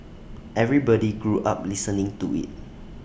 everybody grew up listening to IT